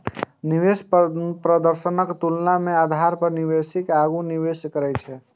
निवेश प्रदर्शनक तुलना के आधार पर निवेशक आगू निवेश करै छै